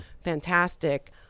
fantastic